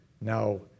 Now